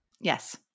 Yes